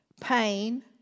pain